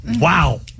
Wow